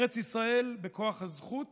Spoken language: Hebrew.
ארץ ישראל, בכוח הזכות